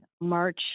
March